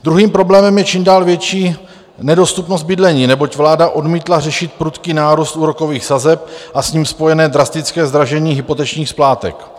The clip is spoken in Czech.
Druhým problémem je čím dál větší nedostupnost bydlení, neboť vláda odmítla řešit prudký nárůst úrokových sazeb a s tím spojené drastické zdražení hypotečních splátek.